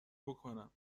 بکنم